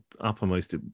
uppermost